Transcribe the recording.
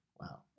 Wow